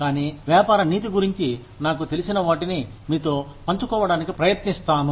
కానీ వ్యాపార నీతి గురించి నాకు తెలిసిన వాటిని మీతో పంచుకోవడానికి ప్రయత్నిస్తాను